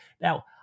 Now